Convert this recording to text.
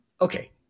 Okay